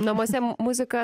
namuose muzika